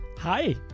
Hi